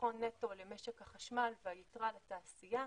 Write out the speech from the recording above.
חיסכון נטו למשק החשמל והיתרה לתעשייה,